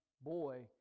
boy